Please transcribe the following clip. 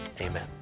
Amen